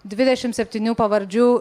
dvidešim septynių pavardžių